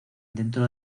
dentro